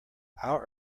our